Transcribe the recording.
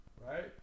right